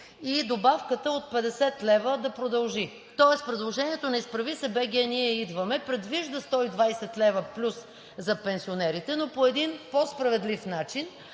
и добавката от 50 лв. да продължи, тоест предложението на „Изправи се БГ! Ние идваме!“ предвижда 120 лв. плюс за пенсионерите, но по един по-справедлив начин,